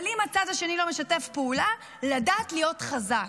אבל אם הצד השני לא משתף פעולה, לדעת להיות חזק.